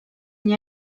n’y